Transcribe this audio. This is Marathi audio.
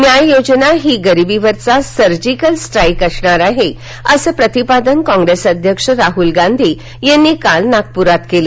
न्याय योजना ही गरिबीवरचा सर्जिकल स्ट्राईक असणार आहे असं प्रतिपादन कॉप्रेस अध्यक्ष राहूल गांधी यांनी काल नागपुरात केलं